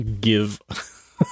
give